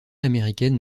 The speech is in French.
américaine